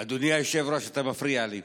אדוני היושב-ראש, אתה מפריע לי.